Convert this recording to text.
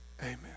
amen